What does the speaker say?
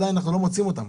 עדיין אנחנו לא מוצאים אותם.